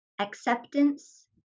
acceptance